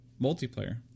multiplayer